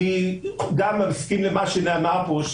אני אמנם מסכים למה שנאמר פה,